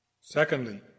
Secondly